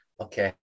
Okay